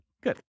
Good